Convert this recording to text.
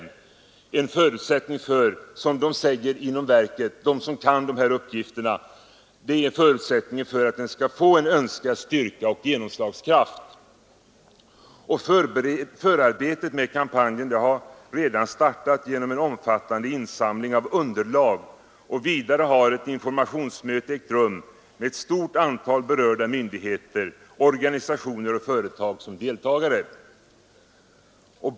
Det är — så ser man det inom verket, där man kan de här sakerna — en förutsättning för att kampanjen skall få önskad styrka och genomslagskraft. Förarbetena till den kampanjen har redan startat genom en omfattande insamling av underlagsmaterial, och dessutom har ett informationsmöte förevarit med representanter för ett stort antal berörda myndigheter, organisationer och företag som deltagare.